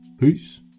Peace